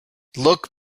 look